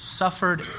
suffered